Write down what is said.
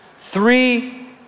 three